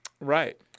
Right